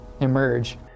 emerge